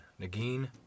Nagin